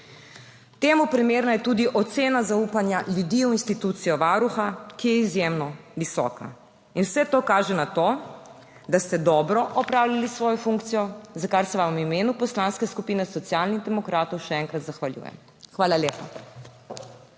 Temu primerna je tudi ocena zaupanja ljudi v institucijo Varuha, ki je izjemno visoka. In vse to kaže na to, da ste dobro opravljali svojo funkcijo, za kar se vam v imenu Poslanske skupine Socialnih demokratov še enkrat zahvaljujem. Hvala lepa.